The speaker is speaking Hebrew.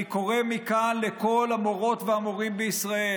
אני קורא מכאן לכל המורות והמורים בישראל